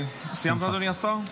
סיימת, אדוני השר?